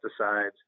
pesticides